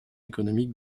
économique